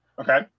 Okay